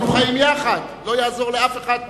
אנחנו חיים יחד, לא יעזור לאף אחד פה.